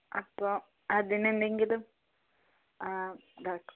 അപ്പോൾ അതിനെന്തെങ്കിലും ഇതാക്കണം